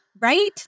Right